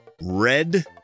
red